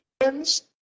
friends